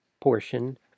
portion